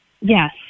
Yes